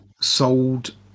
Sold